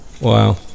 Wow